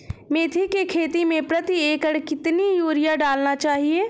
मेथी के खेती में प्रति एकड़ कितनी यूरिया डालना चाहिए?